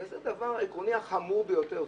וזה הדבר העקרוני החמור ביותר.